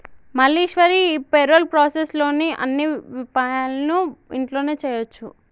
మల్లీశ్వరి ఈ payroll process లోని అన్ని విపాయాలను ఇంట్లోనే చేయొచ్చు